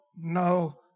no